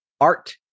art